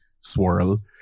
swirl